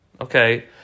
okay